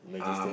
um